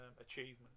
achievement